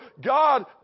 God